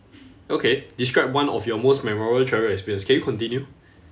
okay describe one of your most memorable travel experience can you continue